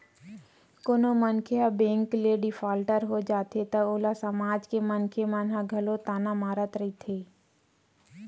कोनो मनखे ह बेंक ले डिफाल्टर हो जाथे त ओला समाज के मनखे मन ह घलो ताना मारत रहिथे